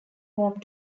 home